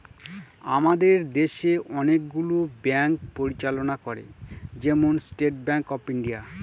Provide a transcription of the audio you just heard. আমাদের দেশে অনেকগুলো ব্যাঙ্ক পরিচালনা করে, যেমন স্টেট ব্যাঙ্ক অফ ইন্ডিয়া